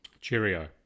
Cheerio